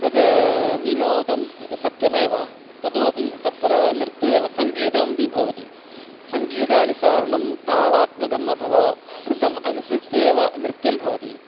तद् विनोदम् इति सत्यमेव तदोपि तत्र नृत्यम् एव सङ्गीतमपि भवति सङ्गीतानुसारणं तालात्मकम् अथवा रिदम् अनुसृत्य एव नृत्यं भवति